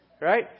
Right